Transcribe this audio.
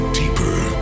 deeper